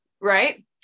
Right